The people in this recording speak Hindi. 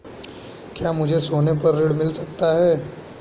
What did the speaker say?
क्या मुझे सोने पर ऋण मिल सकता है?